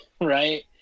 right